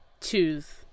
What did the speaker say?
choose